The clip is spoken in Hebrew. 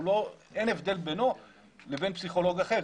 אין הבדל בינו לבין פסיכולוג אחר,